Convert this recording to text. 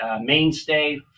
mainstay